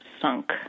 sunk